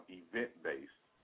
event-based